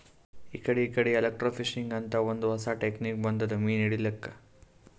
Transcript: ಇಕಡಿ ಇಕಡಿ ಎಲೆಕ್ರ್ಟೋಫಿಶಿಂಗ್ ಅಂತ್ ಒಂದ್ ಹೊಸಾ ಟೆಕ್ನಿಕ್ ಬಂದದ್ ಮೀನ್ ಹಿಡ್ಲಿಕ್ಕ್